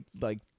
like-